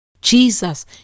Jesus